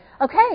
Okay